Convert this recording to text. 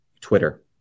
Twitter